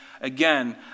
Again